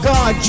God